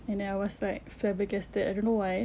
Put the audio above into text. and then I was like flabbergasted I don't know why